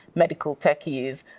medical techies,